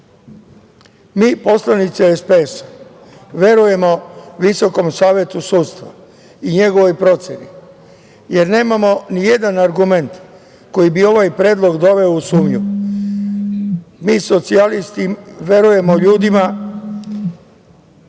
poslanici SPS verujemo Visokom savetu sudstva i njegovoj proceni, jer nemamo nijedan argument koji bi ovaj predlog doveo u sumnju. Mi socijalisti verujemo ljudima,